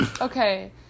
okay